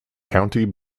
county